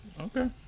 Okay